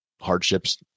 hardships